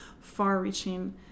far-reaching